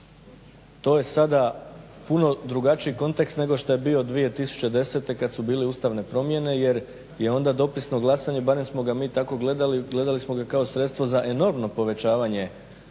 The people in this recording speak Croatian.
to je sada puno drugačiji kontekst nego što je bio 2010. kad su bile ustavne promjene jer je onda dopisno glasanje, barem smo ga mi tako gledali, gledali smo ga kao sredstvo za enormno povećavanje